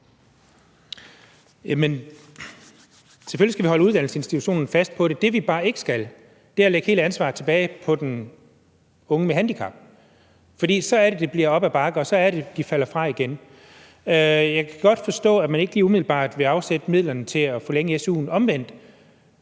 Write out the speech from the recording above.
Selvfølgelig skal vi holde uddannelsesinstitutionerne fast på det, men det, vi bare ikke skal, er at lægge hele ansvaret tilbage på den unge med handicap, for så bliver det op ad bakke, og så er det, de falder fra igen. Jeg kan godt forstå, at man ikke lige umiddelbart vil afsætte midlerne til at forlænge su'en, men